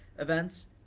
events